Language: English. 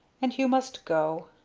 and you must go.